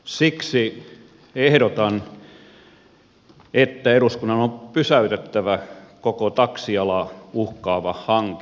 siksi ehdotan että eduskunnan on pysäytettävä koko taksialaa uhkaava hanke